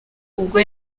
ubwo